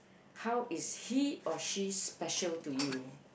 how is he or she special to you